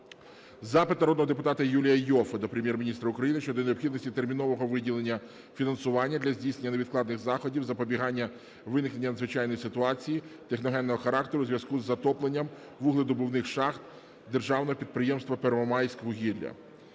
Запит народного депутата Юлія Іоффе до Прем'єр-міністра України щодо необхідності термінового виділення фінансування для здійснення невідкладних заходів з запобігання виникнення надзвичайної ситуації техногенного характеру у зв'язку з затопленням вугледобувних шахт Державного підприємства "Первомайськвугілля".